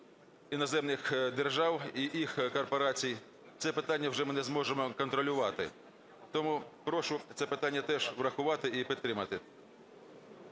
іноземних держав і їх корпорацій, це питання вже ми не зможемо контролювати. Тому прошу це питання теж врахувати і підтримати.